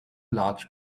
large